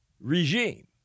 regime